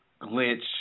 glitch